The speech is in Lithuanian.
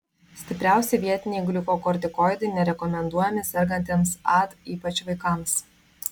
stipriausi vietiniai gliukokortikoidai nerekomenduojami sergantiesiems ad ypač vaikams